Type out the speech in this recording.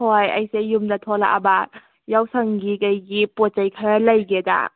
ꯍꯣꯏ ꯑꯩꯁꯦ ꯌꯨꯝꯗ ꯊꯣꯛꯂꯑꯕ ꯌꯥꯎꯁꯪꯒꯤ ꯀꯩꯒꯤ ꯄꯣꯠ ꯆꯩ ꯈꯔ ꯂꯩꯒꯦꯗꯥ